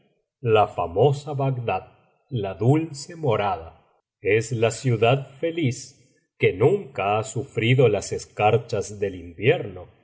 la famosa bagdad la dulce morada es la ciudad feliz que nunca ha sufrido las escarchas del invierno